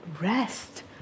rest